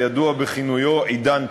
הידוע בכינויו "עידן פלוס",